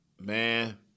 man